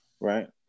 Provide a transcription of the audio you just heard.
right